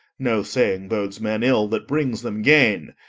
no saying bodes men ill, that brings them gain.